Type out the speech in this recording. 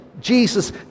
Jesus